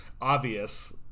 obvious